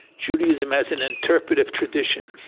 judaism as an interpretive tradition.